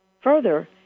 Further